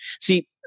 see